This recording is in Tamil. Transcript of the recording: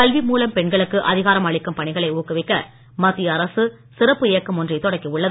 கல்வி மூலம் பெண்களுக்கு அதிகாரம் அளிக்கும் பணிகளை ஊக்குவிக்க மத்திய அரசு சிறப்பு இயக்கம் ஒன்றைத் தொடக்கி உள்ளது